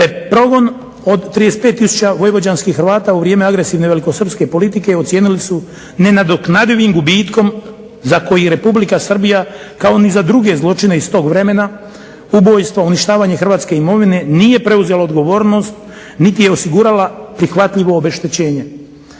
progon od 35 tisuća vojvođanskih Hrvata u vrijeme agresivne velikosrpske politike ocijenili su nenadoknadivim gubitkom za koji Republika Srbija kao ni za druge zločine iz tog vremena, ubojstva, uništavanje hrvatske imovine nije preuzela odgovornost niti je osigurala prihvatljivo obeštećenje.